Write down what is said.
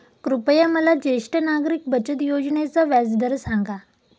कृपया मला ज्येष्ठ नागरिक बचत योजनेचा व्याजदर सांगा